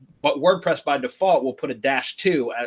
but wordpress, by default will put a dash two